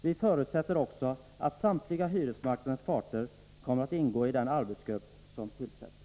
Vi förutsätter också att samtliga hyresmarknadens parter kommer att ingå i den arbetsgrupp som tillsätts.